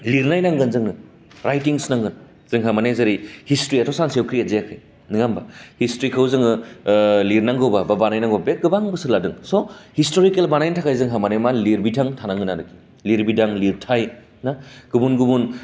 लिरनाय नांगोन जोंनो रायथिंस् नांगोन जोंहा माने जेरै हिस्ट्रियाथ' सानसेयाव क्रियेट जायाखै नोङा होम्बा हिस्ट्रिखौ जोङो लिरनांगौबा बा बानाय नांगौ बे गोबां बोसोर लादों स' हिसतरिकेल बानायनायनि थाखाय जोंहा माने लिरबिथां थानांगोन आरखि लिरबिदां लिरथाइ ना गुबुन गुबुन